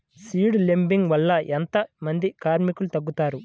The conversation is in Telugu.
సీడ్ లేంబింగ్ వల్ల ఎంత మంది కార్మికులు తగ్గుతారు?